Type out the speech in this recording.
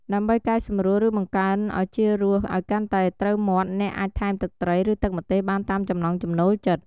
ដើម្បីកែសម្រួល ឬបង្កើនឱជារសឱ្យកាន់តែត្រូវមាត់ អ្នកអាចថែមទឹកត្រី ឬទឹកម្ទេសបានតាមចំណង់ចំណូលចិត្ត។